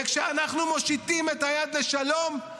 וכשאנחנו מושיטים את היד לשלום,